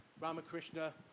Ramakrishna